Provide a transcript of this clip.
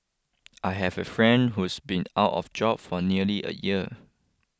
I have a friend who's been out of job for nearly a year